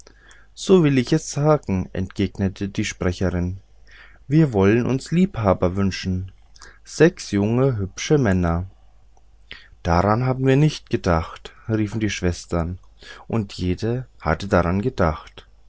so will ich es sagen entgegnete die sprecherin wir wollen uns liebhaber wünschen sechs junge hübsche männer daran haben wir nicht gedacht l riefen die schwestern und jede hatte daran gedacht